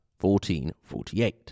1448